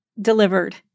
delivered